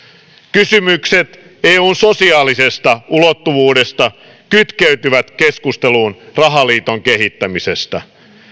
kysymykset eun sosiaalisesta ulottuvuudesta kytkeytyvät keskusteluun rahaliiton kehittämisestä